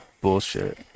Bullshit